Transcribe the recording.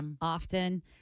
often